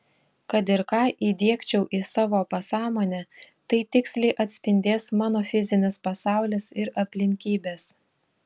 kad ir ką įdiegčiau į savo pasąmonę tai tiksliai atspindės mano fizinis pasaulis ir aplinkybės